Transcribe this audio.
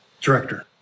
Director